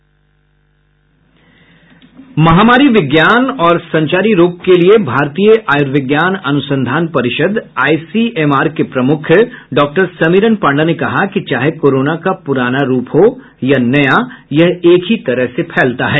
महामारी विज्ञान और संचारी रोग के लिए भारतीय आयुर्विज्ञान अनुसंधान परिषद् आईसीएमआर के प्रमुख डॉकटर समीरन पांडा ने कहा कि चाहे कोरोना का पुराना रूप हो या नया यह एक ही तरह से फैलता है